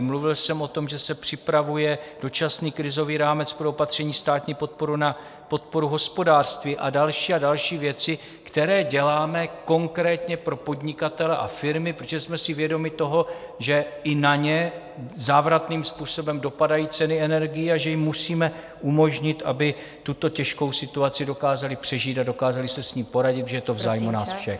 Mluvil jsem o tom, že se připravuje dočasný krizový rámec pro opatření státní podpory na podporu hospodářství a další a další věci, které děláme konkrétně pro podnikatele a firmy, protože jsme si vědomi toho, že i na ně závratným způsobem dopadají ceny energií a že jim musíme umožnit, aby tuto těžkou situaci dokázali přežít a dokázali si s ní poradit, protože je to v zájmu nás všech.